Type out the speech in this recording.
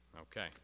Okay